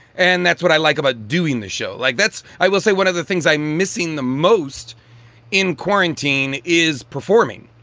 and that's what i like about doing the show. like, that's i will say one of the things i'm missing the most in quarantine is performing.